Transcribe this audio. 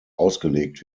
ausgelegt